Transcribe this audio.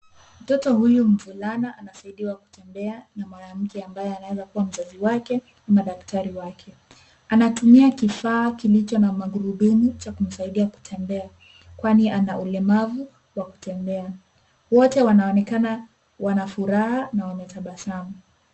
Mtoto huyu mvulana anasaidiwa kutembea na mwanamke ambaye anaweza kuwa mzazi wake ama daktari wake. Anatumia kifaa kilicho na magurudumu cha kumsaidia kutembea kwani ana ulemavu wa kutembea. Wote wanaonekana wana furaha na wametabasamu.